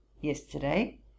yesterday